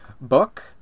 book